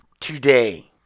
Today